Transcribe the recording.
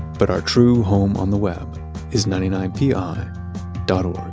but our true home on the web is ninety nine pi dot o